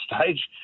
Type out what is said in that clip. stage